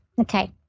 okay